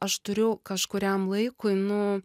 aš turiu kažkuriam laikui nu